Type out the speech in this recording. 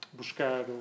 buscar